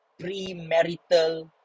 premarital